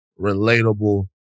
relatable